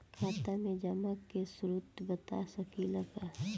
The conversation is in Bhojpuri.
खाता में जमा के स्रोत बता सकी ला का?